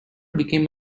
became